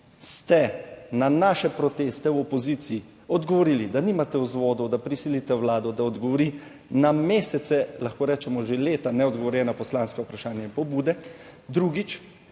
ste na naše proteste v opoziciji odgovorili, da nimate vzvodov, da prisilite Vlado, da odgovori na mesece, lahko rečemo že leta, neodgovorjena poslanska vprašanja in pobude. Drugič,